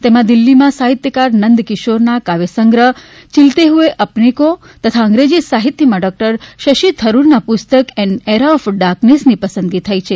તેમાં હિન્દીમાં સાહિત્યકાર નંદકિશોરના કાવ્યસંગ્રહ ચિલતે હએ અપને કો તથા અંગ્રેજી સાહિત્યમાં ડોકટર શશી થરૂરના પુસ્તક એન એરા ઓફ ડાર્કનેસની પસંદગી થઇ છે